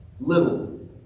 little